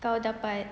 kau dapat